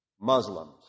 Muslims